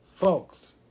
Folks